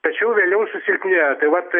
tačiau vėliau susilpnėjo tai vat